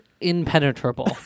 impenetrable